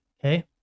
Okay